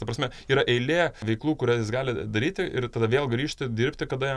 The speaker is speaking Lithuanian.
ta prasme yra eilė veiklų kurias jis gali daryti ir tada vėl grįžti dirbti kada